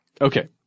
Okay